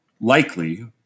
likely